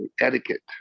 etiquette